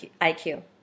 IQ